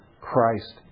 Christ